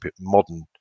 modern